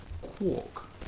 quark